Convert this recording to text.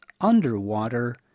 underwater